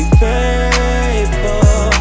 faithful